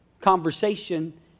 conversation